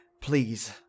Please